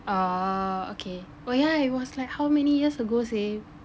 oh okay oh yeah it was like how many years ago seh